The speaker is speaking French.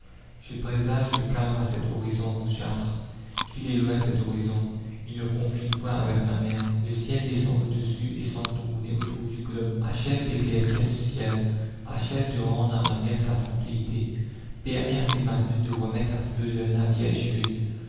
je présage le calme à cet horizon rougeâtre qu'il est loin cet horizon il ne confine point avec la mer le ciel descend audessous et semble tourner autour du globe achève d'éclaircir ce ciel achève de rendre à la mer sa tranquillité permets à ces matelots de remettre à flot leur navire échoué